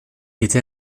était